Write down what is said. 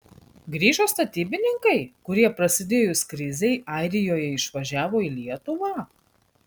grįžo statybininkai kurie prasidėjus krizei airijoje išvažiavo į lietuvą